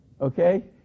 Okay